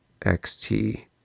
XT